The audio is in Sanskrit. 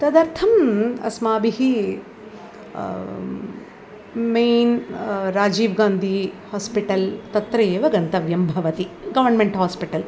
तदर्थम् अस्माभिः मीन् राजीवगान्धी होस्पिटल् तत्र एव गन्तव्यं भवति गोर्न्मेन्ट् होस्पिटल्